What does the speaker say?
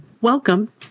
welcome